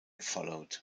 followed